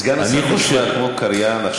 סגן השר נשמע כמו קריין.